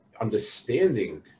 understanding